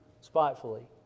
spitefully